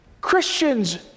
Christians